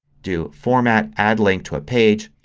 do format, add link to a page,